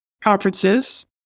conferences